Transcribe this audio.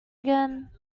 again